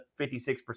56%